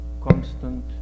constant